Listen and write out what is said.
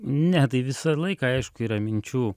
ne tai visą laiką aišku yra minčių